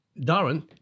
Darren